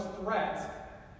threat